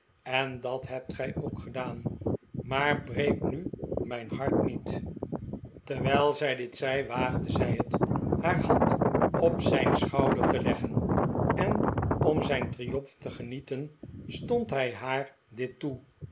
en dat hebt gij ook gedaan maar breek nu mijn hart niet terwijl zij dit zei waagde zij het haar hand op zijn schouder te leggen en om zijn triomf te genieten stond hij haar dit toe